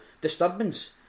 disturbance